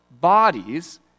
bodies